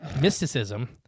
mysticism